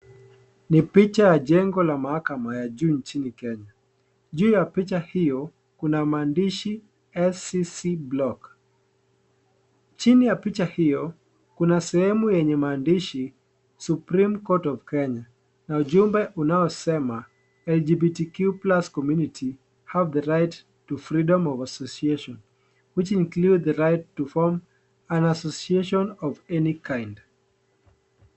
Ni picha ya jengo la mahakama ya juu nchini kenya . Juu ya picha hio kuna maandishi scc blog . Chini ya picha hio kuna sehemu yenye maandishi supreme court of kenya na ujumbe unaosema LGBTQ+ community have the right to freedom of association, which includes the right to form an association of any kind .